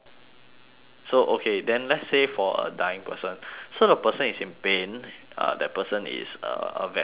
so okay then let's say for a dying person so the person is in pain uh that person is uh a vegetable so